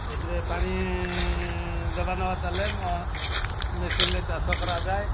ସେଥିରେ ପାଣି ଦବାନବା ଚାଲେ ମ ମେସିନ୍ରେ ଚାଷ କରାଯାଏ